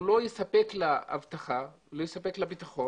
הוא לא יספק לה אבטחה, הוא לא יספק לה ביטחון.